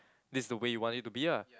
this the way you want it to be ah